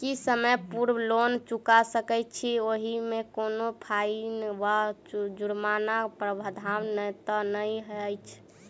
की समय पूर्व लोन चुका सकैत छी ओहिमे कोनो फाईन वा जुर्मानाक प्रावधान तऽ नहि अछि?